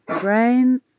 brain